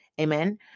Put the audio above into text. amen